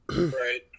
Right